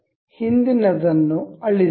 ಹಿಂದಿನದನ್ನು ಅಳಿಸೋಣ